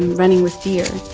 running with deer